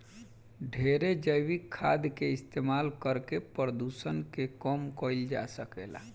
ढेरे जैविक खाद के इस्तमाल करके प्रदुषण के कम कईल जा सकेला